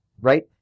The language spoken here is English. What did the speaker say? right